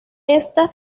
esta